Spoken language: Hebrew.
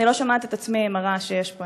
אני לא שומעת את עצמי עם הרעש שיש פה,